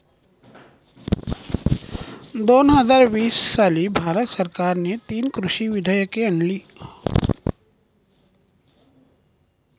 दोन हजार वीस साली भारत सरकारने तीन कृषी विधेयके आणली